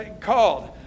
called